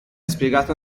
spiegato